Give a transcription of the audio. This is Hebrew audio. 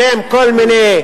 בשם כל מיני,